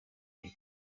cyane